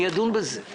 מי ידון בזה?